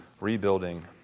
rebuilding